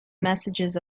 messages